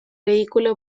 vehículo